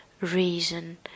reason